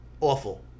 awful